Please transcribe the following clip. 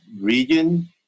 region